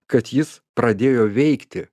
kad jis pradėjo veikti